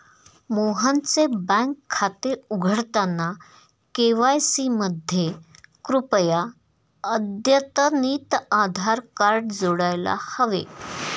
मोहनचे बँक खाते उघडताना के.वाय.सी मध्ये कृपया अद्यतनितआधार कार्ड जोडायला हवे